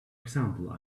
example